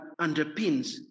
underpins